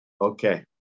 Okay